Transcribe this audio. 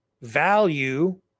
value